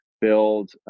build